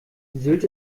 sylt